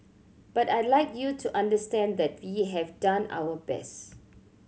but I'd like you to understand that we have done our best